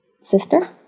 sister